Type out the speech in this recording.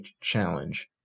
challenge